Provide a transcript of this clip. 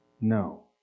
No